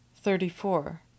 Thirty-four